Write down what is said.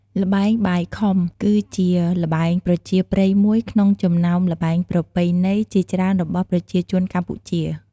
ល្បែងបាយខុំ គឺជាល្បែងប្រជាប្រិយមួយក្នុងចំណោមល្បែងប្រពៃណីជាច្រើនរបស់ប្រជាជនកម្ពុជា។